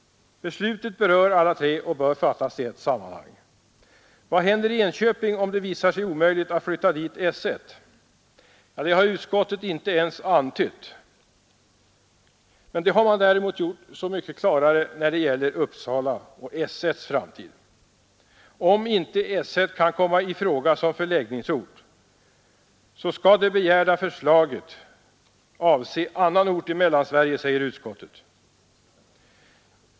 Beslutet berör alla tre och bör fattas i ett sammanhang. Vad händer i Enköping om det visar sig omöjligt att dit flytta S 1? Detta har utskottet inte ens antytt. Det har man däremot gjort så mycket klarare när det gäller Uppsala och S 1. Om inte Enköping kan komma i fråga som förläggningsort, skall det begärda förslaget avse annan ort i Mellansverige, säger utskottet.